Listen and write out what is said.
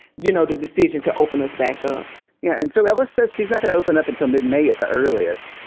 you know, the decision to open this back up yeah and so ellis says she's not gonna open up until mid-may at the earliest.